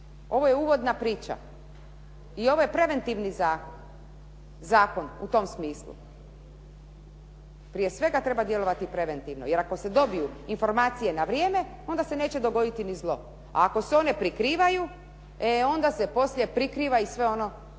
Ovo je uvodna priča i ovo je preventivni zakon u tom smislu. Prije svega treba djelovati preventivno, jer ako se dobiju informacije na vrijeme onda se neće dogoditi ni zlo. A ako se one prikrivaju e onda se poslije prikriva i sve ono